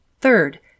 Third